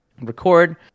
record